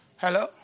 Hello